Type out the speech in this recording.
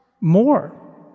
more